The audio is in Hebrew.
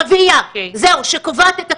רביעייה, שקובעת את הכול.